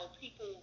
people